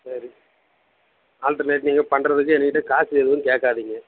சரி ஆல்டர்னேட் நீங்கள் பண்ணுறதுக்கு என்கிட்ட காசு எதுவும் கேட்காதீங்க